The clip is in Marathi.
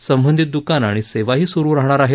संबंधित द्रकानं आणि सेवाही सुरु राहणार आहेत